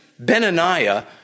Benaniah